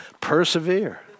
Persevere